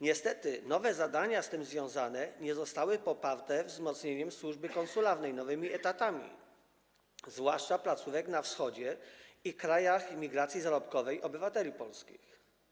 Niestety, nowe zadania z tym związane nie zostały poparte wzmocnieniem służby konsularnej nowymi etatami, zwłaszcza w wypadku placówek na Wschodzie i w krajach emigracji zarobkowej obywateli polskich.